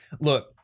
Look